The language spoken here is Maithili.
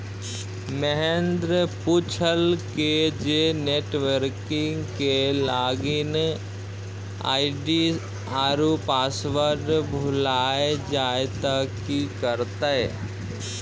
महेन्द्र पुछलकै जे नेट बैंकिग के लागिन आई.डी आरु पासवर्ड भुलाय जाय त कि करतै?